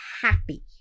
happy